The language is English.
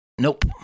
Nope